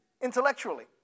intellectually